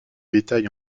bétail